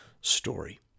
story